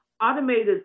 automated